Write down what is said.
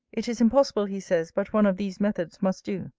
it is impossible, he says, but one of these methods must do.